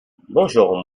bonjour